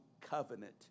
covenant